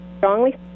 strongly